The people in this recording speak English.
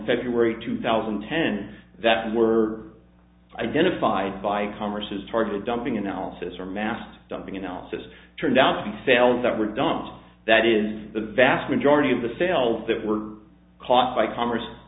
february two thousand and ten that were identified by commerce is targeted dumping analysis or mass dumping analysis turned out to be sales that were dumped that is the vast majority of the sales that were caused by commerce